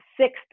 sixth